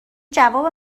جواب